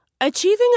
Achieving